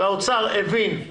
האוצר הבין,